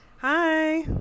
hi